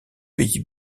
pays